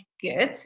good